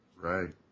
Right